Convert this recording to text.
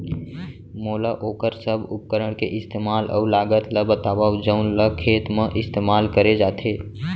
मोला वोकर सब उपकरण के इस्तेमाल अऊ लागत ल बतावव जउन ल खेत म इस्तेमाल करे जाथे?